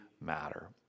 matter